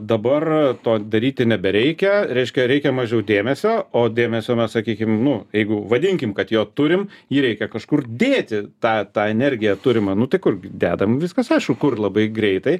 dabar to daryti nebereikia reiškia reikia mažiau dėmesio o dėmesio mes sakykim nu jeigu vadinkim kad jo turim jį reikia kažkur dėti tą tą energiją turimą nu tai kur dedam viskas aišku kur labai greitai